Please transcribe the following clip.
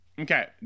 Okay